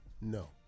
No